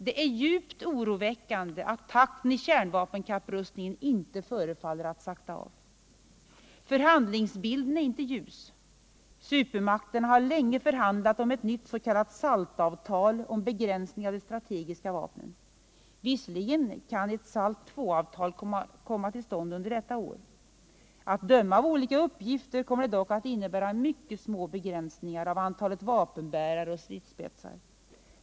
Det är djupt oroväckande att takten i kärnvapenkapprustningen inte förefaller att sakta av. Förhandlingsbilden är inte ljus. Supermakterna har länge förhandlat om ett nytt s.k. SALT-avtal om begränsning av de strategiska vapnen. Visserligen kan ett SALT II-avtal komma till stånd under detta år; att döma av olika uppgifter kommer det dock att innebära mycket små begränsningar av antalet vapenbärare och stridsspetsar.